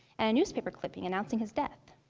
and a newspaper clipping announcing his death.